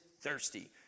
thirsty